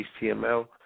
HTML